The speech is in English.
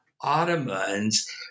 Ottomans